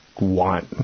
want